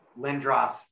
Lindros